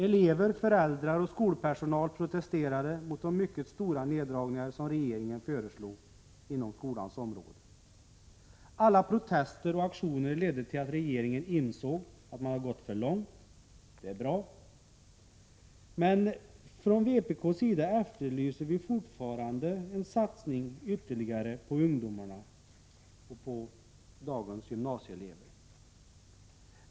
Elever, föräldrar och skolpersonal protesterade mot de mycket stora neddragningar som regeringen föreslog på skolans område. Alla protester och aktioner ledde till att regeringen insåg att man hade gått för långt, och det är bra. Men från vpk:s sida efterlyser vi fortfarande ytterligare satsningar på ungdomarna, på dagens gymnasieelever.